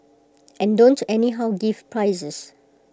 and don't anyhow give prizes